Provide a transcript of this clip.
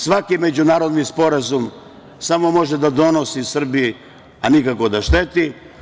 Svaki međunarodni sporazum samo može da donosi Srbiji, a nikako da šteti.